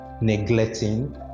neglecting